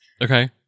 Okay